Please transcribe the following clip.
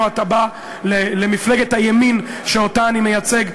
אתה בא למפלגת הימין שאותה אני מייצג,